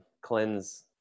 cleanse